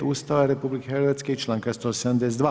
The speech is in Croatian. Ustava RH. i članka 172.